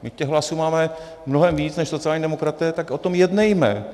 My těch hlasů máme mnohem víc než sociální demokraté, tak o tom jednejme.